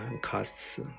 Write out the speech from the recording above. costs